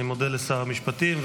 אני מודה לשר המשפטים.